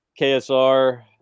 KSR